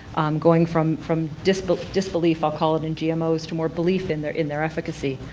going from from disbelief disbelief i'll call it in gmos to more belief in their in their efficacy